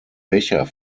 becher